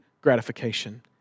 gratification